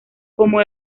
como